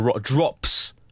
drops